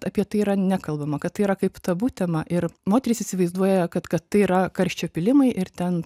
apie tai yra nekalbama kad tai yra kaip tabu tema ir moterys įsivaizduoja kad kad tai yra karščio pylimai ir ten